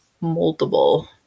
multiple